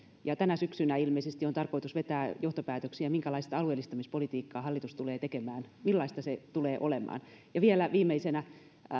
ja tänä syksynä ilmeisesti on tarkoitus vetää johtopäätöksiä minkälaista alueellistamispolitiikkaa hallitus tulee tekemään millaista se tulee olemaan ja vielä viimeisenä